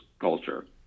culture